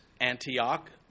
Antioch